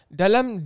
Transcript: dalam